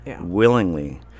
willingly